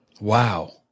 Wow